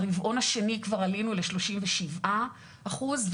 הרבעון השני כבר עלינו לשלושים ושבעה אחוז,